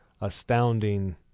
astounding